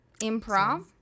improv